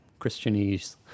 Christianese